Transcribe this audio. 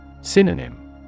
Synonym